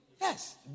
yes